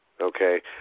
Okay